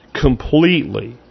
Completely